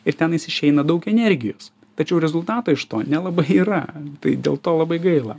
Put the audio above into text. ir tenais išeina daug energijos tačiau rezultato iš to nelabai yra tai dėl to labai gaila